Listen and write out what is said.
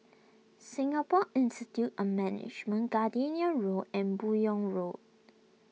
Singapore Institute of Management Gardenia Road and Buyong Road